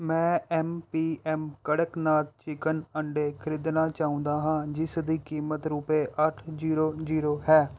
ਮੈਂ M P M Kadaknath chicken ਅੰਡੇ ਖਰੀਦਣਾ ਚਾਹੁੰਦਾ ਹਾਂ ਜਿਸ ਦੀ ਕੀਮਤ ਰੁਪਏ ਅੱਠ ਜ਼ੀਰੋ ਜ਼ੀਰੋ ਹੈ